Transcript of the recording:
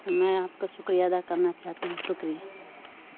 میں آپ کا شکریہ ادا کرنا چاہتی ہوں شکریہ